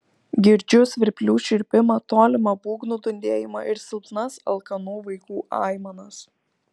girdžiu svirplių čirpimą tolimą būgnų dundėjimą ir silpnas alkanų vaikų aimanas